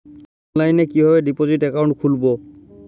অনলাইনে কিভাবে deposit account খুলবো?